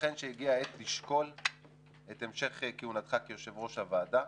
ייתכן שהגיעה העת לשקול את המשך כהונתך כיושב-ראש הוועדה,